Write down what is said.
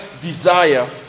desire